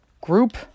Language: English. group